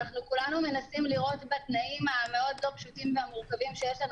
כולנו מנסים לראות בתנאים המאוד לא פשוטים והמורכבים שיש לנו